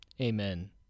Amen